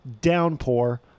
downpour